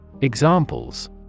Examples